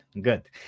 Good